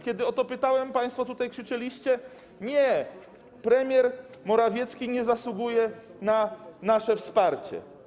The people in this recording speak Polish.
Kiedy o to pytałem, państwo tutaj krzyczeliście: nie, premier Morawiecki nie zasługuje na nasze wsparcie.